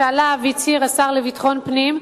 שעליו הצהיר השר לביטחון פנים,